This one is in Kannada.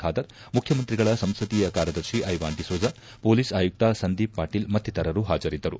ಖಾದರ್ ಮುಖ್ಯಮಂತ್ರಿಗಳ ಸಂಸದೀಯ ಕಾರ್ಯದರ್ತಿ ಐವಾನ್ ಡಿಸೋಜಾ ಪೊಲೀಸ್ ಆಯುಕ್ತ ಸಂದೀಪ್ ಪಾಟೀಲ್ ಮತ್ತಿತರರು ಹಾಜರಿದ್ದರು